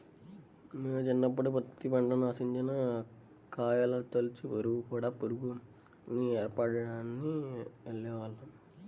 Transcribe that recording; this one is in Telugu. మేము చిన్నప్పుడు పత్తి పంటని ఆశించిన కాయతొలచు పురుగులు, కూడ పురుగుల్ని ఏరడానికి వెళ్ళేవాళ్ళం